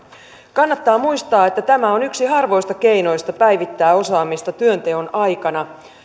kannattaa muistaa että tämä on yksi harvoista keinoista päivittää osaamista työnteon aikana